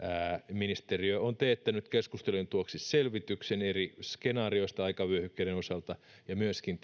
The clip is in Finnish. ministeriö on teettänyt keskustelujen tueksi selvityksen eri skenaarioista aikavyöhykkeiden osalta ja myöskin